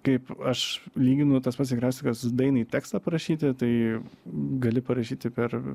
kaip aš lyginu tas pats tikriausiai kas dainai tekstą parašyti tai gali parašyti per